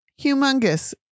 humongous